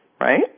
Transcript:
right